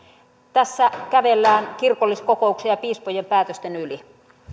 tässä kävellään kirkolliskokouksen ja piispojen päätösten yli